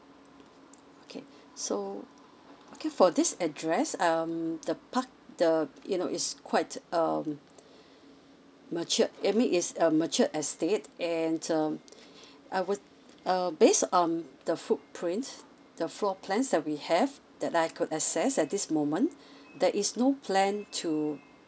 okay so okay for this address um the park the you know is quite um matured amy is a mature estate and um I would um based on the footprints the floor plans that we have that I could access at this moment that is no plan to